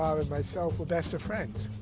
myself were best of friends.